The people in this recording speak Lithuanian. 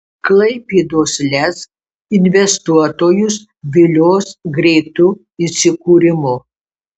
klaipėdos lez investuotojus vilios greitu įsikūrimu